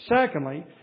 Secondly